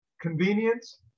Convenience